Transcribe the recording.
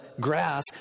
grass